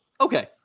Okay